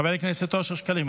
חבר הכנסת אושר שקלים,